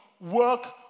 work